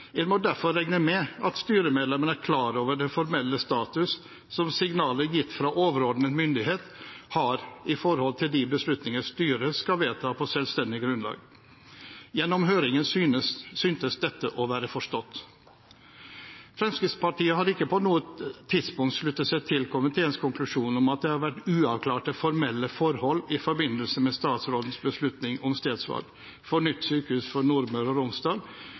En må derfor regne med at styremedlemmene er klar over den formelle status som signaler gitt fra overordnede myndighet har når det gjelder de beslutninger styret skal vedta på selvstendig grunnlag. Gjennom høringen syntes dette å være forstått. Fremskrittspartiet har ikke på noe tidspunkt sluttet seg til komiteens konklusjon om at det har vært uavklarte formelle forhold i forbindelse med statsrådens beslutning om stedsvalg for nytt sykehus for Nordmøre og Romsdal